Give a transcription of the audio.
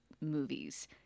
movies